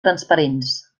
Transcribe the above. transparents